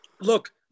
look